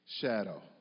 shadow